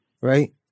right